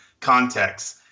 contexts